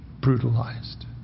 brutalized